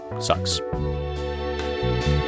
sucks